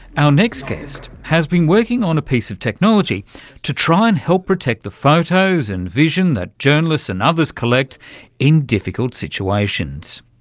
our next guest has been working on a piece of technology to try and help protect the photos and vision that journalists and others collect in difficult situations.